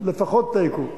לפחות תיקו,